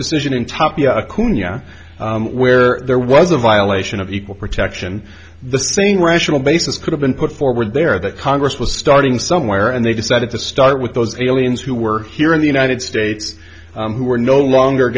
decision in tapia kuya where there was a violation of equal protection the same rational basis could have been put forward there that congress was starting somewhere and they decided to start with those aliens who were here in the united states who are no longer